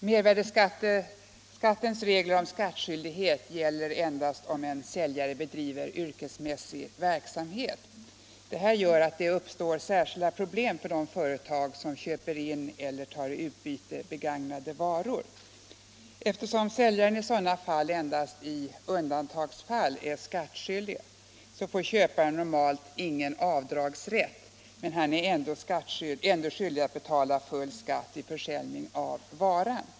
Herr talman! Mervärdelagens regler om skattskyldighet gäller endast om säljaren bedriver yrkesmässig verksamhet. Detta gör att det uppstår särskilda problem för de företag som köper in eller tar i utbyte begagnade varor. Eftersom säljaren i sådana fall endast undantagsvis är skattskyldig får köparen normalt ingen avdragsrätt men är ändå skyldig att betala full skatt vid försäljning av varan.